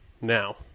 now